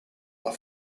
are